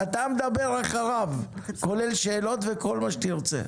אתה מדבר אחריו, כולל שאלות וכל מה שתרצה.